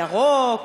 ירוק,